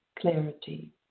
clarity